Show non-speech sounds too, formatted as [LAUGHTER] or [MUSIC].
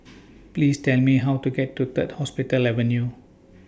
[NOISE] Please Tell Me How to get to Third Hospital Avenue